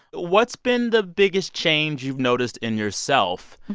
what's been the biggest change you've noticed in yourself,